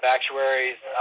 Actuaries